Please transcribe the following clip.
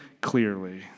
clearly